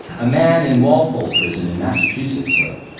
a man in walpole prison in massachusetts wrote